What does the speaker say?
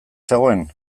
zegoen